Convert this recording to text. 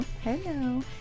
Hello